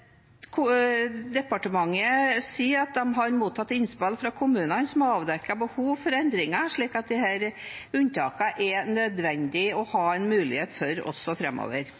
osv. Departementet sier at de har mottatt innspill fra kommunene, som har avdekket behov for endringer, så disse unntakene er det nødvendig å ha en mulighet for også framover.